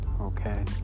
Okay